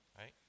right